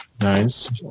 Nice